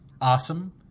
awesome